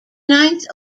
ninth